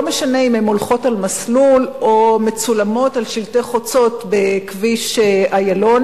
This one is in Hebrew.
לא משנה אם הן הולכות על מסלול או מצולמות על שלטי חוצות בכביש איילון,